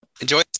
enjoy